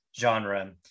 genre